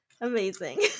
Amazing